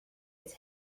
its